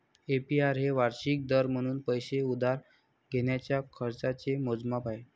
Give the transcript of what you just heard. APR हे वार्षिक दर म्हणून पैसे उधार घेण्याच्या खर्चाचे मोजमाप आहे